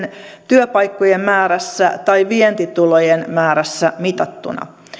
työpaikkojen määrässä tai vientitulojen määrässä mitattuna